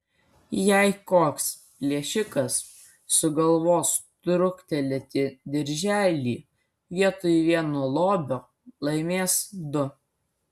jei koks plėšikas sugalvos truktelėti dirželį vietoj vieno lobio laimės du